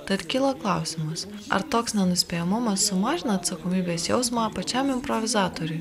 tad kyla klausimas ar toks nenuspėjamumas sumažina atsakomybės jausmą pačiam improvizatoriui